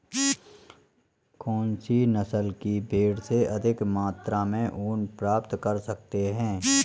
कौनसी नस्ल की भेड़ से अधिक मात्रा में ऊन प्राप्त कर सकते हैं?